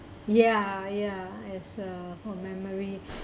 ya ya it's a memory